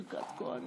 ברכת כוהנים.